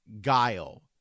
guile